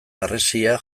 harresia